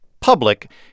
public